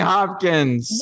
Hopkins